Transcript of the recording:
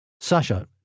Sasha